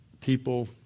people